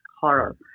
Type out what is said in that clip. horror